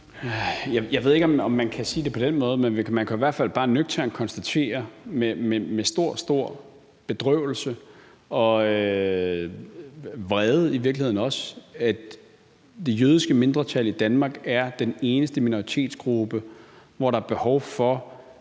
Jeg ved ikke, om man kan sige det på den måde, men man kan jo i hvert fald bare nøgternt konstatere, med stor, stor bedrøvelse og i virkeligheden også vrede, at det jødiske mindretal i Danmark er den eneste minoritetsgruppe, hvor der er behov for